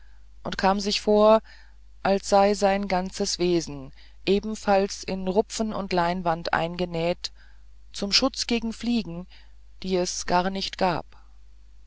und kam sich vor als sei sein ganzes wesen ebenfalls in rupfen und leinwand eingenäht zum schutz gegen fliegen die es gar nicht gab